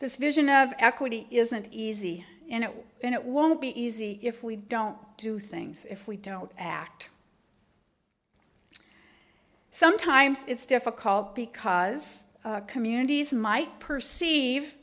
this vision of equity isn't easy and it won't be easy if we don't do things if we don't act sometimes it's difficult because communities might perceive